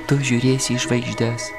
tu žiūrėsi į žvaigždes